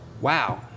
wow